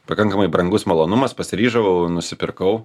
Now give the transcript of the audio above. pakankamai brangus malonumas pasiryžau nusipirkau